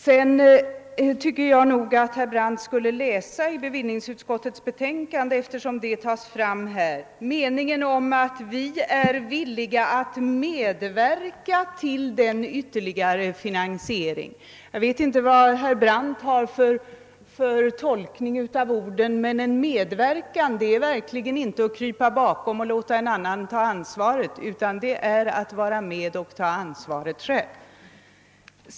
Vidare tycker jag att herr Brandt borde läsa i bevillningsutskottets betänkande. Där står att folkpartiet och centerpartiet är villiga att medverka till en ytterligare finansiering. Jag vet inte hur herr Brandt tolkar orden, men en medverkan innebär verkligen inte, att man kryper bakom och låter en annan ta ansvar, utan det innebär att man är med och tar ansvar själv.